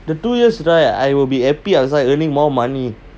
the two years I will be happy outside earning more money